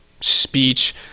speech